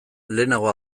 lehenago